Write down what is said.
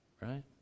Right